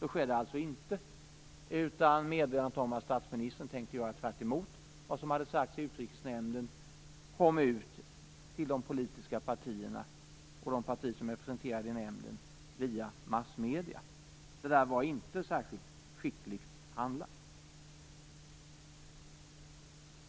Så skedde alltså inte, utan meddelandet om att statsministern tänkte handla tvärtemot vad som hade sagt i Utrikesnämnderna kom via massmedierna ut till de politiska partierna och till de partier som är representerade i nämnden. Det var inte särskilt skickligt handlat.